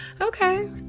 okay